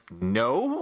no